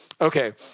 Okay